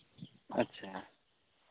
ᱟᱪᱪᱷᱟ